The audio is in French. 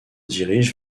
dirige